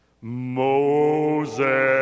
Moses